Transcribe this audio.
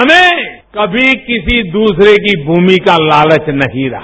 हमें कभी किसी दूसरे की भूमि का लालच नहीं रहा